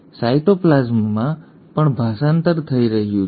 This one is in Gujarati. સાયટોપ્લાઝમમાં પણ ભાષાંતર થઈ રહ્યું છે